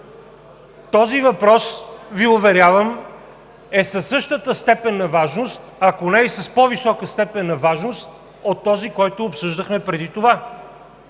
Този въпрос, Ви уверявам, е със същата степен на важност, ако не и с по-висока степен на важност от онзи, който обсъждахме преди това.